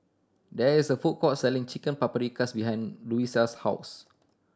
there is a food court selling Chicken Paprikas behind Louisa's house